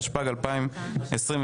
התשפ"ג-2023,